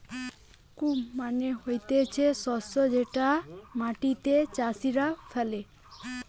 crop মানে হতিছে শস্য যেটা মাটিতে চাষীরা ফলে